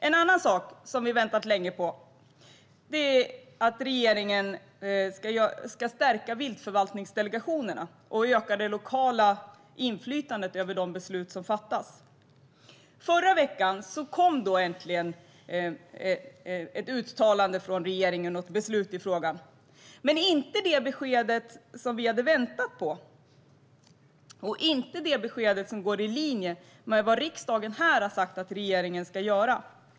En annan sak som vi väntat länge på är att regeringen ska stärka viltförvaltningsdelegationerna och öka det lokala inflytandet över de beslut som fattas. I förra veckan kom då äntligen ett uttalande från regeringen och ett beslut i frågan, men det var inte det besked som vi hade väntat på och inte det besked som skulle gå i linje med vad riksdagen har sagt att regeringen ska göra.